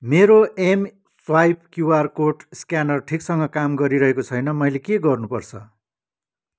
मेरो mSwipe QR code scanner ठिकसँग काम गरिरहेको छैन मैले के गर्नुपर्छ